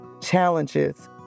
challenges